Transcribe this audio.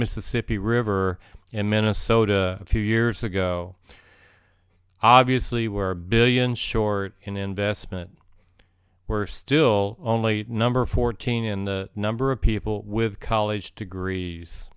mississippi river in minnesota a few years ago obviously were billion short in investment we're still only number fourteen in the number of people with college degrees